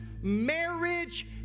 marriage